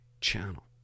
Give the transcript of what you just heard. channel